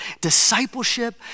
discipleship